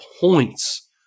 points